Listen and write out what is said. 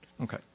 Okay